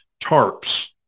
tarps